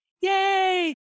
Yay